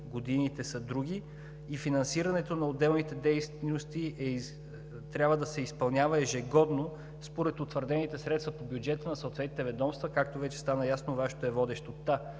годините са други и финансирането на отделните дейности трябва да се изпълнява ежегодно според утвърдените средства по бюджета на съответните ведомства, както вече стана ясно, Вашето е водещо.